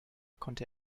konnte